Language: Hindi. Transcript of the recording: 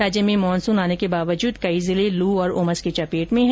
राज्य में मानसून आने के बावजूद कई जिले लू और उमस की चपेट में है